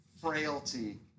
frailty